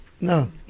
no